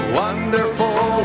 wonderful